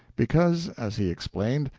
because, as he explained,